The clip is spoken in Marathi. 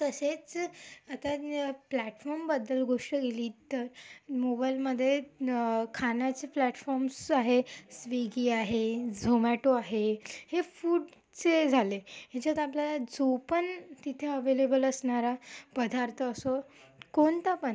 तसेच आता प्लॅटफॉर्मबद्दल गोष्ट गेली तर मोबाईलमध्ये खाण्याचे प्लॅटफॉर्म्स आहे स्विगी आहे झोमॅटो आहे हे फूडचे झाले ह्याच्यात आपल्याला जो पण तिथे ॲव्हलेबल असणारा पदार्थ असो कोणता पण